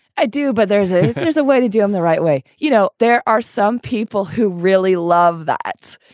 i do. but there's a there's a way to do in the right way. you know, there are some people who really love that.